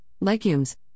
legumes